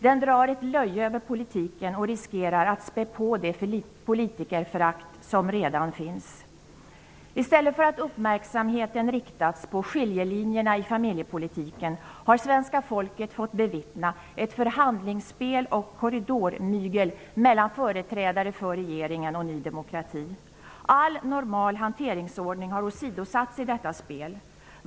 Den drar ett löje över politiken och riskerar att spä på det politikerförakt som redan finns. I stället för att uppmärksamheten riktats på skiljelinjerna i familjepolitiken har svenska folket fått bevittna ett förhandlingsspel och korridormygel mellan företrädare för regeringen och Ny demokrati. All normal hanteringsordning har åsidosatts i detta spel.